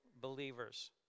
believers